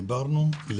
דיברנו,